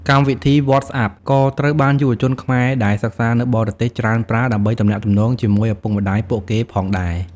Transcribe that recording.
កម្មវិធី Whatsapp ក៏ត្រូវបានយុវជនខ្មែរដែលសិក្សានៅបរទេសច្រើនប្រើ ដើម្បីទំនាក់ទំនងជាមួយឪពុកម្ដាយពួកគេផងដែរ។